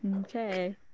Okay